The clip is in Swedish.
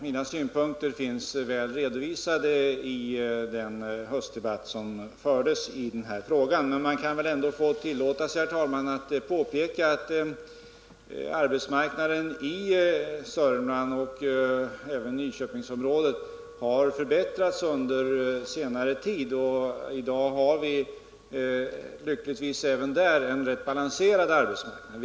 Mina synpunkter finns väl redovisade i den höstdebatt som fördes i den här frågan, men man kan väl ändå få tillåta sig, herr talman, att påpeka att arbetsmarknaden i Sörmland, och även i Nyköpingsområdet, har förbättrats under senare tid. I dag har vi lyckligtvis även där en rätt balanserad arbetsmarknad.